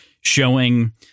showing